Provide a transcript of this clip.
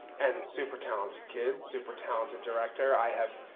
and super talented kids, super talented director. i have